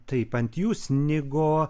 taip ant jų snigo